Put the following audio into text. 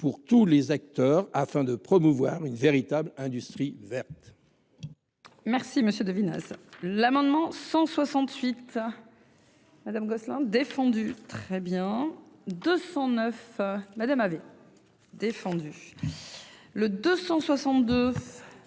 pour tous les acteurs afin de promouvoir une véritable industrie verte.